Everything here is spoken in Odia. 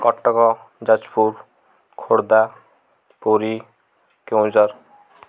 କଟକ ଯାଜପୁର ଖୋର୍ଦ୍ଧା ପୁରୀ କେଉଁଝର